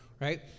Right